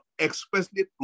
expressly